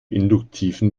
induktiven